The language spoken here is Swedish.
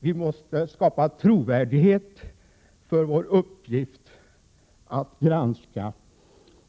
Vi måste skapa trovärdighet för vår uppgift att granska.